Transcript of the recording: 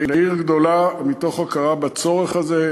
עיר גדולה, מתוך הכרה בצורך הזה.